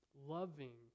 loving